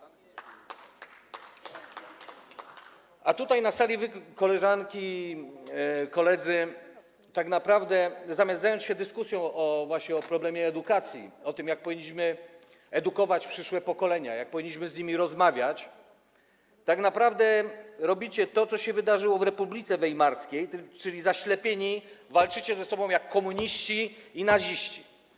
A tutaj na sali wy, koleżanki, koledzy, tak naprawdę zamiast zająć się dyskusją właśnie o problemie edukacji, o tym, jak powinniśmy edukować przyszłe pokolenia, jak powinniśmy z nimi rozmawiać, robicie to, co robili, co się wydarzyło w Republice Weimarskiej, czyli, zaślepieni, walczycie ze sobą jak komuniści i naziści.